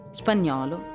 spagnolo